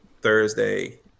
Thursday